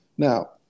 Now